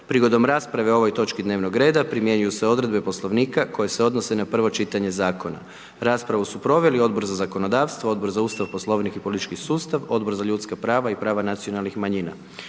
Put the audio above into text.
Prigodom rasprave o ovoj točki dnevnog reda primjenjuju se odredbe Poslovnika koje se odnose na prvo čitanje zakona. Raspravu su proveli Odbor za zakonodavstvo, Odbor za Ustav, Poslovnik i politički sustav, Odbor za ljudska prava i prava nacionalnih manjina.